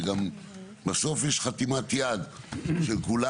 גם בסוף יש חתימות של כולם,